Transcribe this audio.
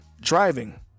driving